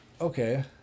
okay